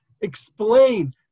explain